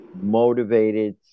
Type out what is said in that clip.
motivated